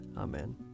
Amen